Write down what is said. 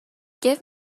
give